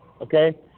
okay